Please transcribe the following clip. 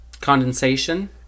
condensation